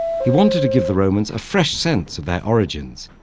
he wanted to give the romans a fresh sense of their origins,